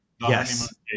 Yes